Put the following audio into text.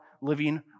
living